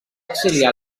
exiliar